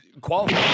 Quality